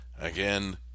again